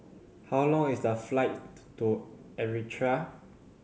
how long is the flight to Eritrea